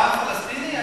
היה עם פלסטיני?